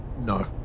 No